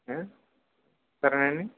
సరేనా అండి